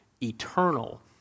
eternal